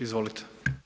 Izvolite.